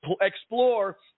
explore